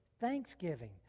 thanksgiving